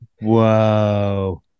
Whoa